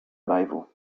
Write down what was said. arrival